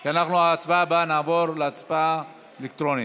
כי בהצבעה הבאה נעבור להצבעה אלקטרונית.